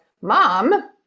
mom